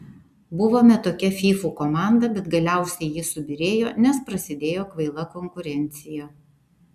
buvome tokia fyfų komanda bet galiausiai ji subyrėjo nes prasidėjo kvaila konkurencija